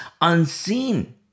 unseen